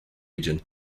region